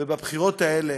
ובבחירות האלה